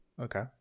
Okay